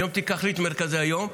היום תיקח לי את מרכזי היום,